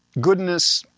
goodness